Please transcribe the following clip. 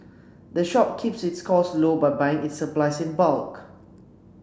the shop keeps its costs low by buying its supplies in bulk